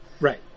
Right